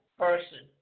person